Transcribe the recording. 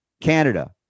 Canada